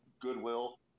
goodwill